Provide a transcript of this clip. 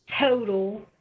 total